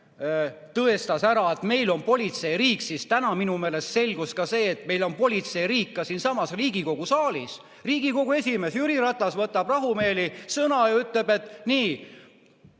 tõestas ära, et meil on politseiriik, siis täna minu meelest selgus see, et meil on politseiriik ka siinsamas Riigikogu saalis. Riigikogu esimees Jüri Ratas võtab rahumeeli sõna ja ütleb, et nii,